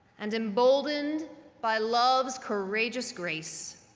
and emboldened by love's courageous grace,